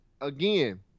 again